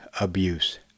abuse